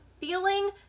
feeling